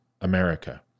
America